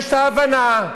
יש לה מספיק הבנה.